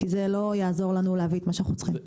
כי זה לא יעזור לנו להביא את מה שאנחנו צריכים.